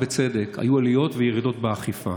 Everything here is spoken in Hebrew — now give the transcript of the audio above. בצדק: היו עליות וירידות באכיפה,